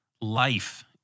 life